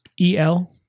E-L